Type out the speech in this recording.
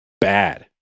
bad